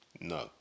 no